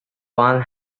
one